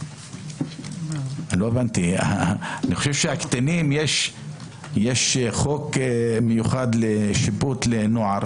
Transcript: אני חושב שיש חוק מיוחד שיפוט לנוער,